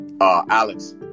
Alex